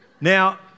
Now